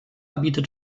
bietet